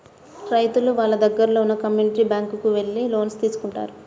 రైతులు వాళ్ళ దగ్గరలో ఉన్న కమ్యూనిటీ బ్యాంక్ కు వెళ్లి లోన్స్ తీసుకుంటారు